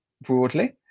broadly